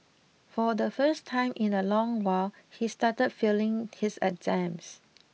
for the first time in a long while he started failing his exams